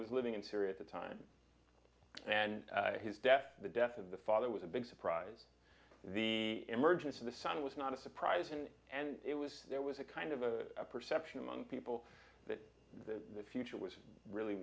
was living in syria at the time and his death the death of the father was a big surprise the emergence of the son was not a surprise in and it was there was a kind of a perception among people that the future was really